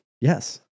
Yes